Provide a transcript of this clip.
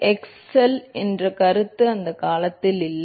Excel என்பது excel என்ற கருத்து அந்தக் காலத்தில் இல்லை